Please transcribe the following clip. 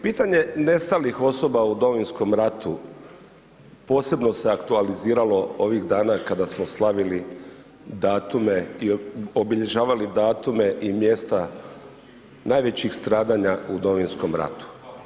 Pitanje nestalih osoba u Domovinskom ratu posebno se aktualiziralo ovih dana kada smo slavili i obilježavali datume i mjesta najvećih stradanja u Domovinskom ratu.